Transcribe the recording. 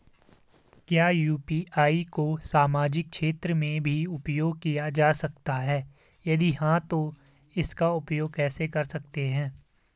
क्या यु.पी.आई को सामाजिक क्षेत्र में भी उपयोग किया जा सकता है यदि हाँ तो इसका उपयोग कैसे कर सकते हैं?